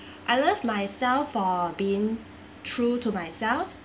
I love myself for being true to myself